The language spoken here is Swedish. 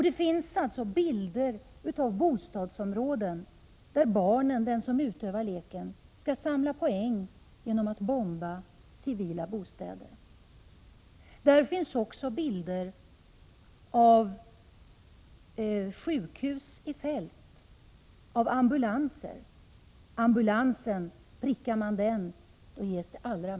Det finns alltså bilder av bostadsområden där barnen som är med i leken skall samla poäng genom att bomba civila bostäder. Där finns också bilder av fältsjukhus och ambulanser. Om man prickar ambulansen får man högsta antalet poäng.